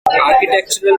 architectural